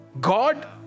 God